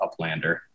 Uplander